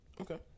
Okay